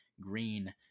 Green